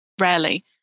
rarely